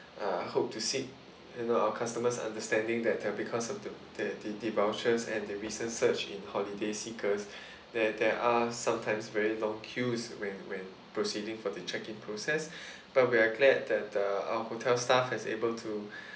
uh I hope to seek you know our customers' understanding that that because of the the the the vouchers and the recent surge in holiday seekers that there are sometimes very long queues when when proceeding for the check-in process but we're glad that uh our hotel staff has able to